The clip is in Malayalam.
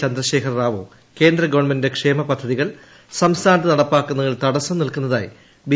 ചന്ദ്രശേഖർ റാവു കേന്ദ്ര ഗവൺമെന്റിന്റെ ക്ഷേമ പിദ്ധതികൾ സംസ്ഥാനത്ത് നടപ്പാക്കുന്നതിൽ തടസം നിൽക്കുന്നതായി ബി